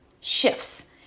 shifts